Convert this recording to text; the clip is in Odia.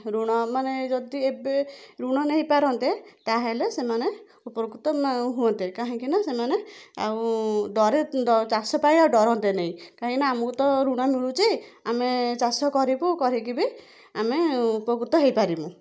ଋଣ ମାନେ ଯଦି ଏବେ ଋଣ ନେଇପାରନ୍ତେ ତାହେଲେ ସେମାନେ ଉପକୃତ ନା ହୁଅନ୍ତେ କାହିଁକିନା ସେମାନେ ଆଉ ଡ଼ରେ ଚାଷପାଇଁ ଆଉ ଡ଼ରନ୍ତେ ନି କାହିଁକିନା ଆମୁକୁ ତ ଋଣ ମିଳୁଛି ଆମେ ଚାଷ କରିବୁ କହିକି ବି ଆମେ ଉପକୃତ ହେଇପାରିମୁ